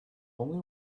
only